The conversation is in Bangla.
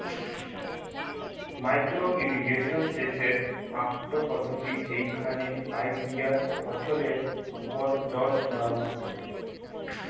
মাইক্রো ইর্রিগেশন সেচের আকটো পদ্ধতি যেইখানে পাইপ দিয়া ফছলের ওপর জল ছড়ানো হসে